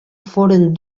foren